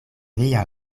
via